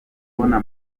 kubona